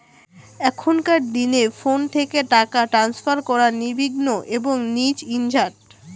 এখনকার দিনে ফোন থেকে টাকা ট্রান্সফার করা নির্বিঘ্ন এবং নির্ঝঞ্ঝাট